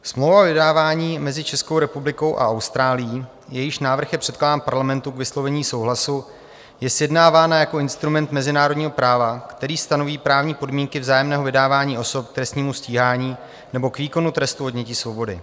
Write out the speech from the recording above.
Smlouva o vydávání mezi Českou republikou a Austrálií, jejíž návrh je předkládán Parlamentu k vyslovení souhlasu, je sjednávána jako instrument mezinárodního práva, který stanoví právní podmínky vzájemného vydávání osob k trestnímu stíhání nebo k výkonu trestu odnětí svobody.